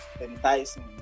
enticing